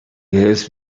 his